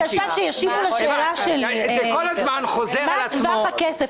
בבקשה שישיבו לשאלה שלי: מה טווח הכסף?